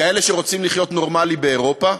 כאלה שרוצים לחיות נורמלי באירופה,